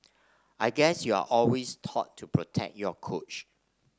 I guess you're always taught to protect your coach